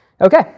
Okay